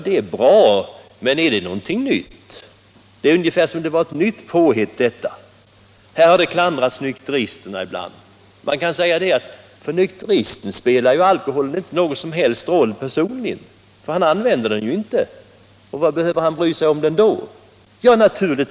Det är bra, men är det någonting nytt? Det verkar här som om detta vore ett nytt påhitt. Nykteristerna har man ibland klandrat. Man kan ju säga att alkoholen för nykteristerna personligen inte spelar någon som helst roll, eftersom de inte använder den. Varför behöver nykteristerna då bry sig om alkoholen?